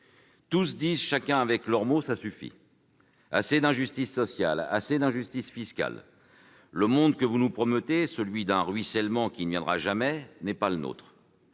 Tous disent, chacun avec ses mots :« Ça suffit !»,« Assez d'injustice sociale !»,« Assez d'injustice fiscale !»,« Le monde que vous nous promettez, celui d'un ruissellement qui ne viendra jamais, n'est pas le nôtre